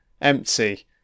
Empty